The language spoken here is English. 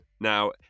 Now